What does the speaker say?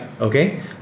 Okay